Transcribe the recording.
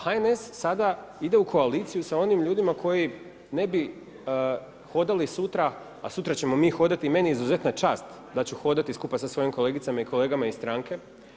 HNS sada ide u koaliciju sa onim ljudima koji ne bi hodali sutra, a sutra ćemo mi hodati, meni je izuzetna čast da ću hodati skupa sa svojim kolegicama i kolegama iz stranke.